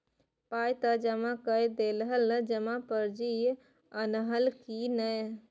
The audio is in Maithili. पाय त जमा कए देलहक जमा पर्ची अनलहक की नै